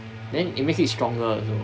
then it makes it stronger also